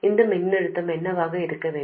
இந்த மின்னழுத்தம் என்னவாக இருக்க வேண்டும்